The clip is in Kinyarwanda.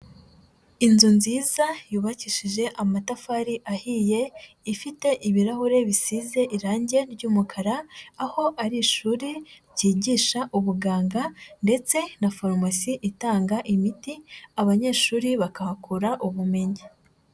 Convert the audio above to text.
Inzu nziza yubakishije amatafari ahiye, ifite ibirahure bisize irangi ry'umukara, aho ari ishuri ryigisha ubuganga, ndetse na farumasi itanga imiti, abanyeshuri bakahakura ubumenyi.